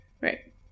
Right